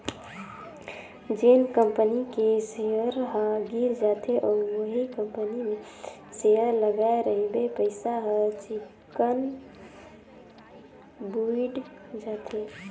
जेन कंपनी के सेयर ह गिर जाथे अउ उहीं कंपनी मे सेयर लगाय रहिबे पइसा हर चिक्कन बुइड़ जाथे